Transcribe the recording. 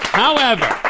however,